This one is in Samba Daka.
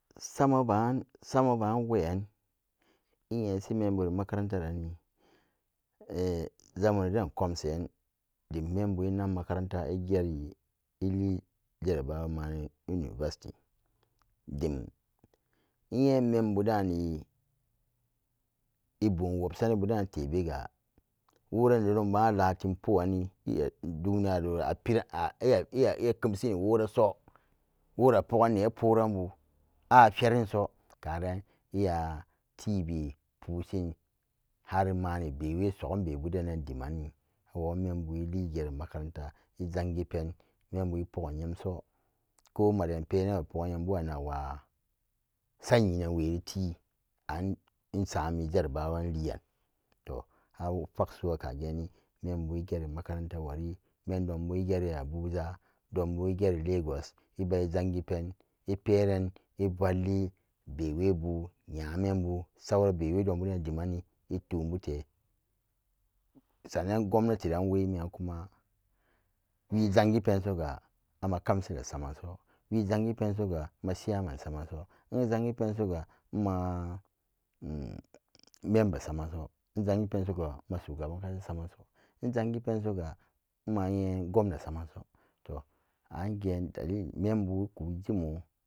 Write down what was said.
Samaba'an samaba'an weyan enyesi memburi makaranta ranni eh jamano den komsen dim membu nak makaranta egeri elie jarabawa mani university dim nye membu dani ebum wopsanabu da'an tebega wora nedon baan alatim po'anni duniyarowo iya keumsini woraso wora poggan ne poran bu a ferinso karan iyatibe pushin harmani bewe soggum bebu denan dimanni awon membu eligeri makaranta izangipen membu epogan nyamso ko emaden penan ema emapogan nyembo anakwa sayinanwe riti an osom jarabawa enlian to afag su'akageni membu egeri makaranta wari mendobu egeri abuja dombu egeri lagos ebaijangi pen eperan evalli bewebu nyamembu sauran bewedonbu den dimman ni etunbu te sannan gwamnatiran wemi yan kuma we zangi pensoga amma kansila samanso we zangi pesoga ima chiman samanso inzangi pesoga ma memba samanso imzangi pensoga ma shugaban kasa bamanso inzangi pen soga ima gwamna samanso to san geen dalili membu kujimo.